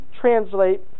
translate